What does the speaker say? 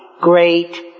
great